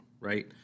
Right